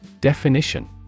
Definition